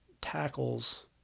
tackles